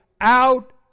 out